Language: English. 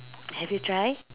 have you try